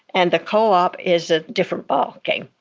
and the co-op is a different ball game.